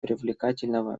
привлекательного